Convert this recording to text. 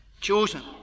Chosen